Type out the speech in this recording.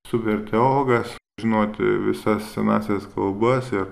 suverteologas žinoti visas senąsias kalbas ir